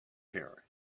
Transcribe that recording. here